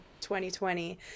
2020